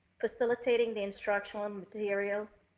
facilitating the instructional materials,